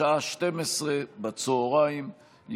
בשעה 12:00.